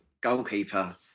goalkeeper